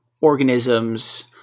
organisms